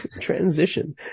transition